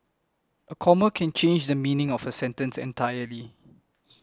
comma can change the meaning of a sentence entirely